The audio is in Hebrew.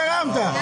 אתה הרמת לי.